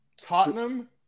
Tottenham